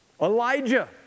Elijah